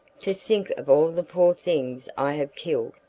to think of all the poor things i have killed,